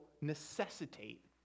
necessitate